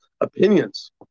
Opinions